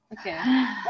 Okay